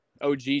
OG